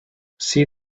see